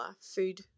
food